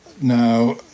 Now